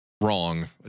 wrong